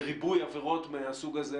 לריבוי עבירות מהסוג הזה,